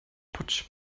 potch